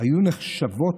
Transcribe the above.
היו נחשבות,